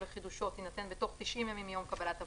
לחידושו תינתן בתוך 90 ימים מיום קבלת הבקשה,